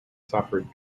suffered